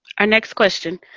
our next question.